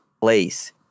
place